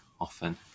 often